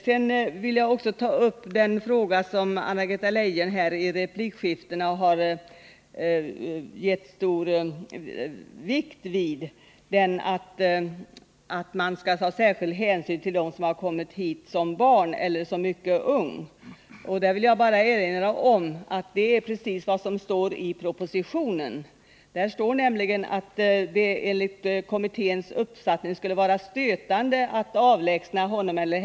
Sedan vill jag också ta upp den fråga som Anna-Greta Leijon här i replikskiftena har lagt stor vikt vid, nämligen att man skall ta särskild hänsyn till dem som har kommit hit som barn eller som mycket unga. Jag vill erinra om att det är precis vad som står i propositionen. Där står nämligen att det sna honom eller enligt kommitténs uppfattning skulle vara stötande att avläg henne härifrån.